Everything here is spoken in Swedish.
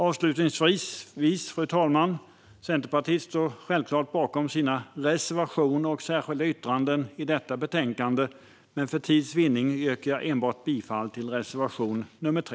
Avslutningsvis, fru talman, står Centerpartiet självklart bakom sina reservationer och särskilda yttranden i detta betänkande, men för tids vinnande yrkar jag bifall enbart till reservation nr 3.